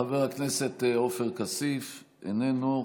חבר הכנסת עופר כסיף, איננו.